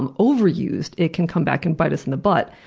um overused, it can come back and bite us in the butt.